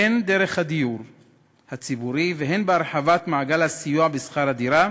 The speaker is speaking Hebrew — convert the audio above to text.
הן דרך הדיור הציבורי והן בהרחבת מעגל הסיוע בשכר הדירה